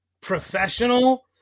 professional